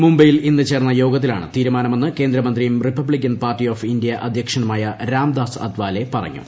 മുംബൈയിൽ ഇന്ന് ചേർന്ന യോഗത്തിലാണ് തീരുമാനമെന്ന് കേന്ദ്രമന്ത്രിയും റിപ്പബ്ലിക്ക്ൻ പാർട്ടി ഓഫ് ഇന്ത്യ അധ്യക്ഷനുമായ രാംദാസ് അത്വാലെ പ്പറഞ്ഞു